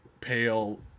pale